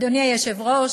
אדוני היושב-ראש,